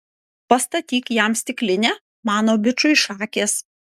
pastatyk jam stiklinę mano bičui šakės